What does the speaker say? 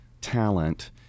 talent